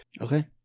Okay